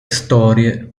storie